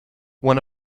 one